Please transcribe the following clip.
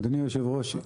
אדוני היושב-ראש,